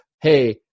hey